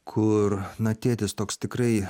kur na tėtis toks tikrai